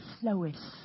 slowest